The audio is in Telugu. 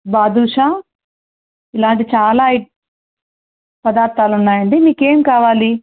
బాదుషా ఇలాంటి చాలా ఐ పదార్థాలు ఉన్నాయండి మీకు ఏమి కావాలి